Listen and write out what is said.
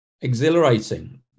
Exhilarating